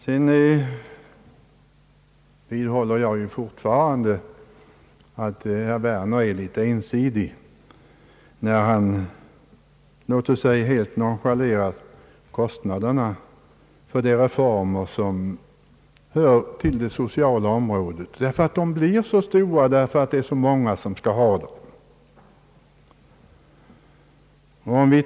Jag håller fortfarande fast vid att herr Werner är litet ensidig, när han så helt nonchalerar kostnaderna för de reformer som hör till det sociala området. Dessa kostnader blir nämligen stora, eftersom det är så många som skall åtnjuta förmånerna.